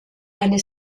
eine